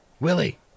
Willie